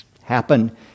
happen